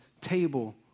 table